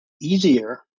easier